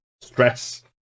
stress